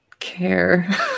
care